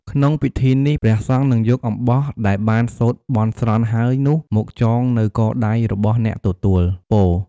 ក្នុងពិធីនេះ ព្រះសង្ឃនឹងយកអំបោះដែលបានសូត្របន់ស្រន់ហើយនោះមកចងនៅកដៃរបស់អ្នកទទួលពរ។